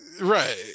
Right